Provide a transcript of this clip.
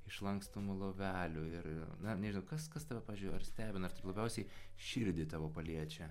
išlankstomų lovelių ir na nežinau kas kas tave pavyzdžiui ar stebina labiausiai širdį tavo paliečia